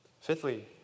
Fifthly